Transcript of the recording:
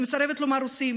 אני מסרבת לומר: רוסים,